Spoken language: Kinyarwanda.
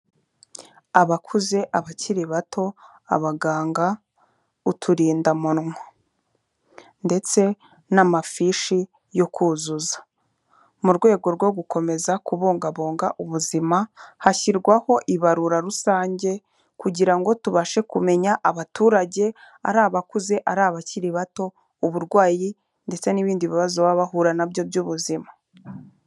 Abakuze, abakiri bato, abaganga, uturindamunwa, ndetse n'amafishi yo kuzuza, mu rwego rwo gukomeza kubungabunga ubuzima hashyirwaho ibarura rusange kugira ngo tubashe kumenya abaturage, ari abakuze, ari abakiri bato, uburwayi, ndetse n'ibindi bibazo baba bahura na byo by'ubuzima.